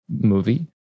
movie